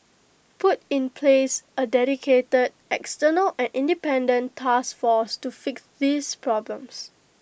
put in place A dedicated external and independent task force to fix these problems